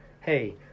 Hey